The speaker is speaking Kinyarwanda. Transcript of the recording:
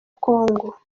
kongo